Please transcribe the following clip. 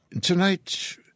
Tonight